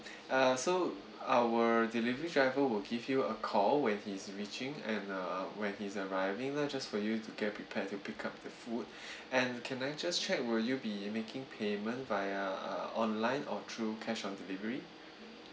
uh so our delivery driver will give you a call when he's reaching and uh when he's arriving that'll just for you to get prepared to pick up the food and can I just check will you be making payment via uh online or through cash on delivery